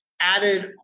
added